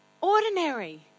ordinary